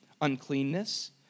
uncleanness